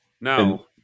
Now